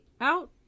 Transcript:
out